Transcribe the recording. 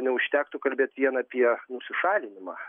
neužtektų kalbėt vien apie nusišalinimą